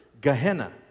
Gehenna